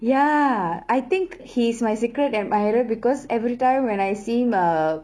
ya I think he's my secret admirer because every time when I see him uh